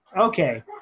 okay